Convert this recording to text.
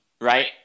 right